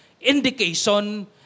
indication